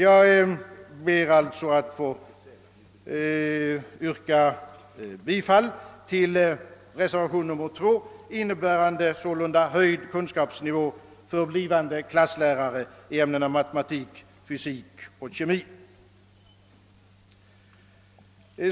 Jag ber alltså att få yrka bifall till reservationen 2, innebärande höjd kunskapsnivå för blivande klasslärare i ämnena matematik, fysik och kemi.